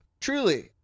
truly